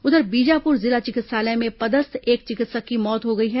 उधर बीजापुर जिला चिकित्सालय में पदस्थ एक चिकित्सक की मौत हो गई है